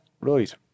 right